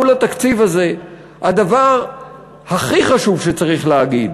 מול התקציב הזה הדבר הכי חשוב שצריך להגיד: